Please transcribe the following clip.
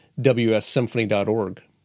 wssymphony.org